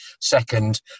second